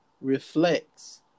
reflects